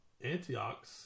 Antioch